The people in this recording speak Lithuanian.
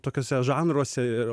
tokiuose žanruose ir